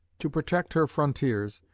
to protect her frontiers,